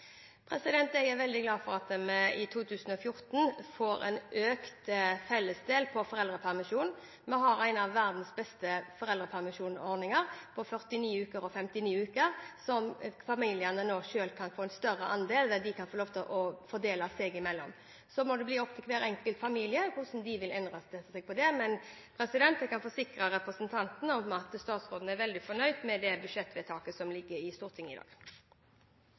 2014? Jeg er veldig glad for at vi i 2014 får en økt fellesdel av foreldrepermisjonen. Vi har en av verdens beste foreldrepermisjonsordninger, med 49 eller 59 uker der familiene nå får en større andel som de selv kan få lov til å fordele seg imellom. Så må det bli opp til hver enkelt familie hvordan de vil innrette seg. Jeg kan forsikre representanten om at statsråden er veldig fornøyd med det budsjettvedtaket som ligger i Stortinget i dag.